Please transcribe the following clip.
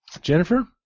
Jennifer